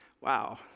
Wow